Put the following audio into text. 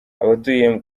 abatuye